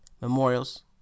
memorials